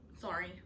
sorry